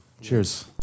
cheers